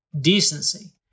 decency